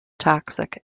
toxic